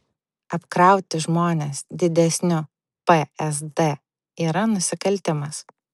apkrauti žmones didesniu psd yra nusikaltimas